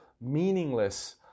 meaningless